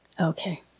okay